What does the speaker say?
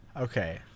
Okay